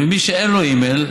ומי שאין לו אימייל,